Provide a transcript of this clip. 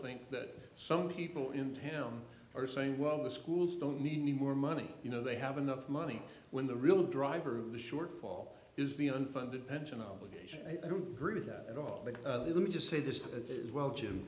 think that some people in town are saying well the schools don't need any more money you know they have enough money when the real driver of the shortfall is the unfunded pension obligation i don't agree with that at all but let me just say this to well